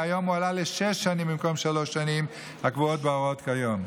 מהיום הוא עלה לשש שנים במקום שלוש השנים הקבועות בהוראות כיום.